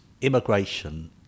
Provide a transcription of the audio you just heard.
immigration